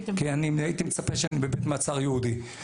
כי הייתי מצפה שאהיה בבית מעצר יהודי.